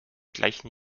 gleichen